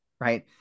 right